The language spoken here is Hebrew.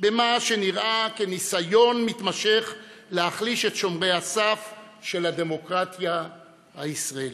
את מה שנראה כניסיון מתמשך להחליש את שומרי הסף של הדמוקרטיה הישראלית.